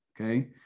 Okay